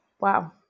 wow